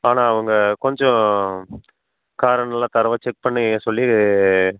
ஆனால் அவங்க கொஞ்சம் காரை நல்லா தரவாக செக் பண்ண சொல்லி